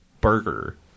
burger